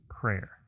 prayer